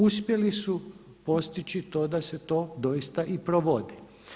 Uspjeli su postići to da se to doista i provodi.